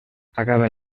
acaben